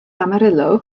amarillo